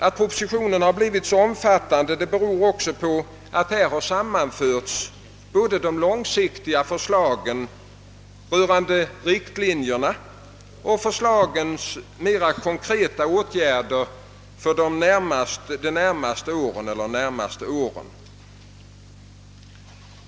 Att propositionen har blivit så omfattande beror också på att här sammanförts både de långsiktiga förslagen rörande riktlinjerna och förslag till mera konkreta åtgärder för de närmaste åren.